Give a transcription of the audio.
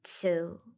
two